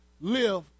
live